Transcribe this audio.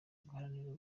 guharanira